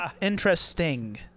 interesting